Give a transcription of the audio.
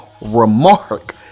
remark